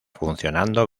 funcionando